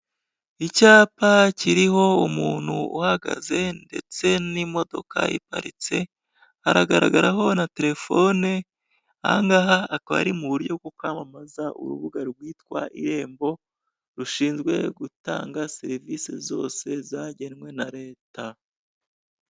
Icyapa kiriho umuntu uhagaze ndetse n'imodoka iparitse, hagaragaraho na telefone aha ngaha akaba ari mu buryo bwo kwamamaza urubuga rwitwa irembo rushinzwe gutanga serivisi zose zagenwe na leta.